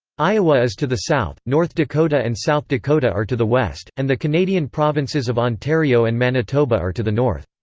iowa is to the south, north dakota and south dakota are to the west, and the canadian provinces of ontario and manitoba manitoba are to the north.